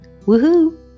Woohoo